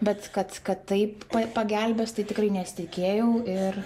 bet kad kad taip pagelbės tai tikrai nesitikėjau ir